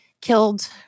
killed